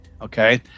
Okay